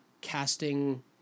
casting